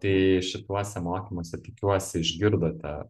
tai šituose mokymuose tikiuosi išgirdote